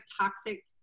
toxic